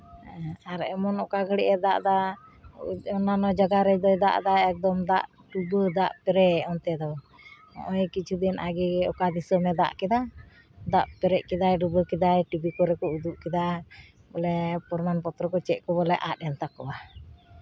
ᱟᱨ ᱮᱢᱚᱱ ᱚᱠᱟ ᱜᱷᱟᱹᱲᱤᱡ ᱮ ᱫᱟᱜ ᱫᱟ ᱚᱱᱱᱟᱱᱱᱚ ᱡᱟᱭᱜᱟ ᱨᱮᱫᱚᱭ ᱫᱟᱜ ᱮᱫᱟᱭ ᱮᱠᱫᱚᱢ ᱫᱟᱜ ᱴᱩᱵᱟᱹ ᱫᱟᱜ ᱯᱮᱨᱮᱡ ᱚᱱᱛᱮ ᱫᱚ ᱱᱚᱜᱼᱚᱸᱭ ᱠᱤᱪᱷᱩ ᱫᱤᱱ ᱟᱜᱮ ᱜᱮ ᱚᱠᱟ ᱫᱤᱥᱚᱢᱮ ᱫᱟᱜ ᱠᱮᱫᱟ ᱫᱟᱜ ᱯᱮᱨᱮᱡ ᱠᱮᱫᱟᱭ ᱰᱩᱵᱟᱹ ᱠᱮᱫᱟᱭ ᱴᱤᱵᱷᱤ ᱠᱚᱨᱮ ᱠᱚ ᱩᱫᱩᱜ ᱠᱮᱫᱟ ᱵᱚᱞᱮ ᱯᱨᱚᱢᱟᱱ ᱯᱚᱛᱨᱚ ᱠᱚ ᱪᱮᱫ ᱠᱚ ᱵᱚᱞᱮ ᱟᱫ ᱮᱱ ᱛᱟᱠᱚᱣᱟ